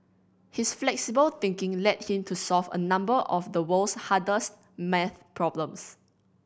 his flexible thinking led him to solve a number of the world's hardest maths problems